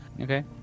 okay